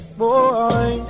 boy